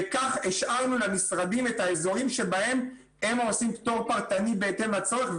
וכך השארנו למשרדים את האזורים שבהם הם עושים פטור פרטני בהתאם לצורך,